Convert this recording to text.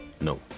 no